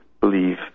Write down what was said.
believe